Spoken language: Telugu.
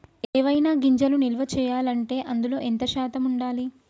ఏవైనా గింజలు నిల్వ చేయాలంటే అందులో ఎంత శాతం ఉండాలి?